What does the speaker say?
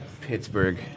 Pittsburgh